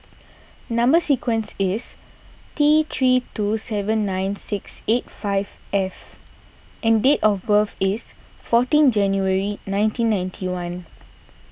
Number Sequence is T three two seven nine six eight five F and date of birth is fourteen January nineteen ninety one